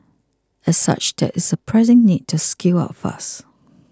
as such there is a pressing need to scale up fast